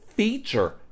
Feature